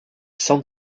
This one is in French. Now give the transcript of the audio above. sans